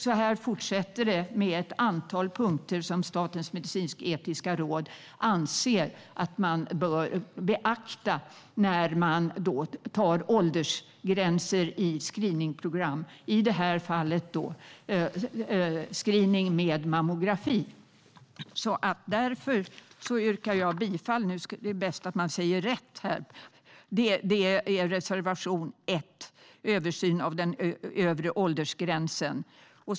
Så fortsätter det med ett antal punkter som Statens medicinsk-etiska råd anser att man bör beakta när man har åldersgränser i screeningprogram, i det här fallet screening med mammografi. Därför yrkar jag bifall till reservation 1 om översyn av övre åldersgränsen.